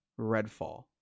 Redfall